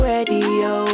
Radio